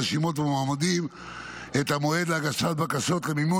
רשימות ומועמדים את המועד להגשת בקשות למימון